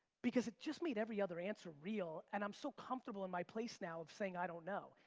because it just made every other answer real and i'm so comfortable in my place now of saying i don't know.